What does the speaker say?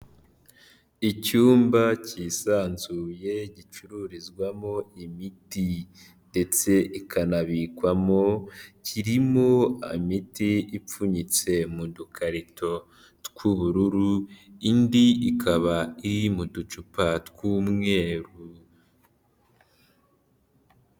Icyumba kisanzuye gicururizwamo imiti ndetse ikanabikwamo, kirimo imiti ipfunyitse mu dukarito tw'ubururu indi ikaba iri mu ducupa tw'umweru.